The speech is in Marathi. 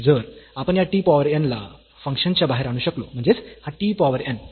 आणि जर आपण या t पॉवर n ला फंक्शन च्या बाहेर आणू शकलो म्हणजेच हा t पॉवर n